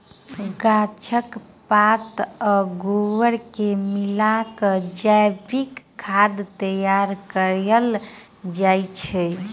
गाछक पात आ गोबर के मिला क जैविक खाद तैयार कयल जाइत छै